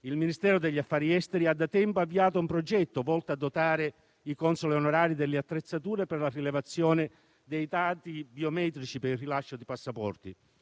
Il Ministero degli affari esteri e della cooperazione internazionale ha da tempo avviato un progetto volto a dotare i consoli onorari delle attrezzature per la rilevazione dei dati biometrici per il rilascio di passaporti.